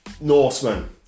norseman